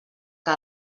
que